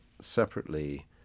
separately